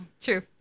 True